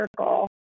circle